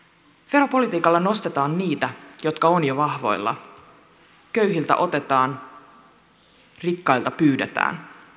veropolitiikalla nostetaan niitä jotka ovat jo vahvoilla köyhiltä otetaan rikkailta pyydetään